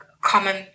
common